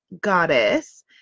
goddess